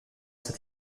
cet